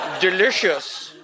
Delicious